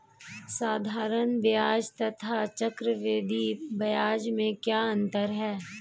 साधारण ब्याज तथा चक्रवर्धी ब्याज में क्या अंतर है?